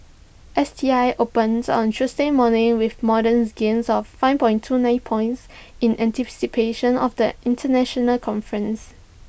S T I opened on Tuesday morning with modest gains of five point two nine points in anticipation of the International conference